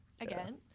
again